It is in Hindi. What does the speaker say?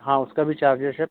हाँ उसका भी चार्जेस है